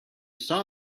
saw